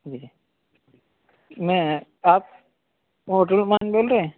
جی میں آپ اوٹو رمان بول رہے ہیں